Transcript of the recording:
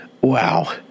Wow